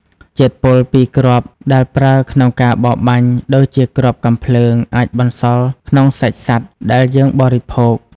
ជាតិពុលពីគ្រាប់ដែលប្រើក្នុងការបរបាញ់ ដូចជាគ្រាប់កាំភ្លើង អាចបន្សល់ក្នុងសាច់សត្វដែលយើងបរិភោគ។